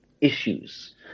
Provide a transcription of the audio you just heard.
issues